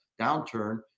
downturn